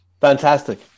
Fantastic